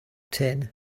tin